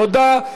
תודה.